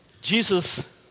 Jesus